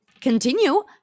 continue